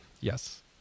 Yes